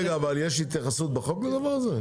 רגע, אבל יש התייחסות בחוק לדבר הזה?